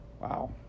Wow